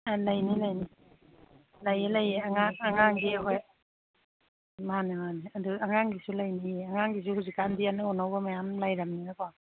ꯑꯥ ꯂꯩꯅꯤ ꯂꯩꯅꯤ ꯂꯩꯌꯦ ꯂꯩꯌꯦ ꯑꯉꯥꯡꯒꯤ ꯑꯍꯣꯏ ꯃꯥꯅꯤ ꯃꯥꯅꯤ ꯑꯗꯨ ꯑꯉꯥꯡꯒꯤꯁꯨ ꯂꯩꯅꯤꯌꯦ ꯑꯉꯥꯡꯒꯤꯁꯨ ꯍꯧꯖꯤꯛ ꯀꯥꯟꯗꯤ ꯑꯅꯧ ꯑꯅꯧꯕ ꯃꯌꯥꯝ ꯂꯩꯔꯃꯤꯅꯀꯣ